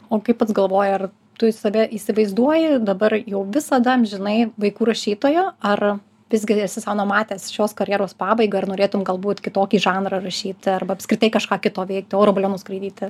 o kaip pats galvoji ar tu save įsivaizduoji dabar jau visada amžinai vaikų rašytoju ar visgi esi sau numatęs šios karjeros pabaigą ar norėtum galbūt kitokį žanrą rašyti arba apskritai kažką kito veikti oro balionu skraidyti